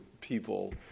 people